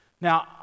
Now